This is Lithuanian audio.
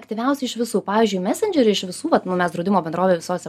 aktyviausi iš visų pavyzdžiui mesendžeriu iš visų vat nu mes draudimo bendrovė visose